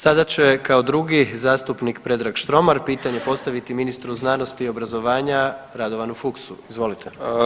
Sada će kao drugi zastupnik Predrag Štromar pitanje postaviti ministru znanosti i obrazovanja Radovanu Fuchsu, izvolite.